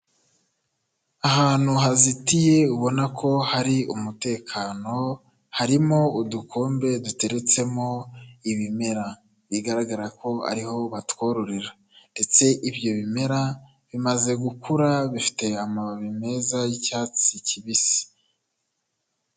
Ahantu hazitiye ubona ko hari umutekano, harimo udukombe duteretsemo ibimera bigaragara ko ariho batwororera ndetse ibyo bimera bimaze gukura bifite amababi meza y'icyatsi kibisi.